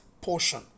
portion